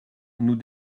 nous